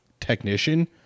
technician